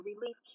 relief